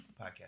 Podcast